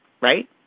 right